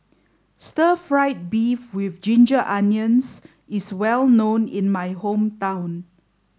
stir fried beef with ginger onions is well known in my hometown